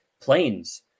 planes